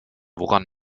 woran